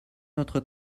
notre